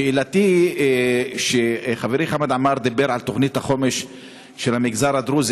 שאלתי: חברי חמד עמאר דיבר על תוכנית החומש של המגזר הדרוזי.